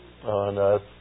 On